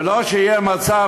ולא יהיה מצב,